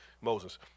Moses